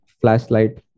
flashlight